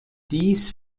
dies